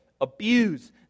abuse